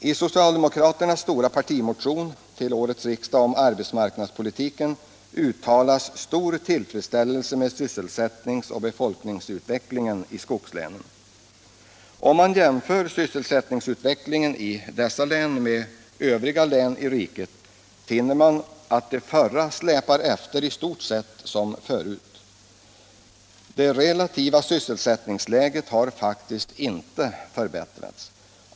I socialdemokraternas stora partimotion till årets riksdag om arbetsmarknadspolitiken uttalas stor tillfredsställelse med sysselsättnings och befolkningsutvecklingen i skogslänen. Om man jämför sysselsättningsutvecklingen i dessa län med utvecklingen inom övriga län i riket finner man att de förra släpar efter i stort sett som förut. Det relativa sysselsättningsläget har faktiskt inte förbättrats.